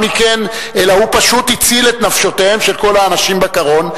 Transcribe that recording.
מכן אלא הוא פשוט הציל את נפשותיהם של כל האנשים בקרון.